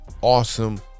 awesome